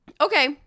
Okay